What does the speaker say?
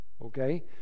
Okay